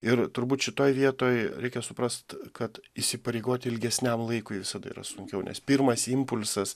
ir turbūt šitoj vietoj reikia suprast kad įsipareigoti ilgesniam laikui visada yra sunkiau nes pirmas impulsas